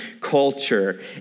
culture